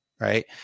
Right